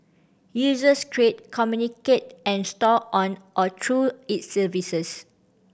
users create communicate and store on or through its services